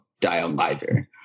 Dialyzer